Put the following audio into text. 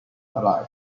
life